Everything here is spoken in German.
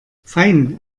fein